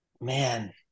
Man